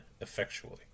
effectually